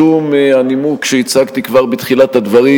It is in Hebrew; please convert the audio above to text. משום הנימוק שהצגתי כבר בתחילת הדברים: